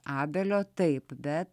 abelio taip bet